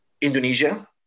Indonesia